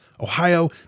Ohio